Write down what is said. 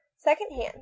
second-hand